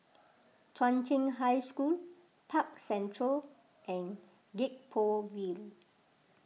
Chung Cheng High School Park Central and Gek Poh Ville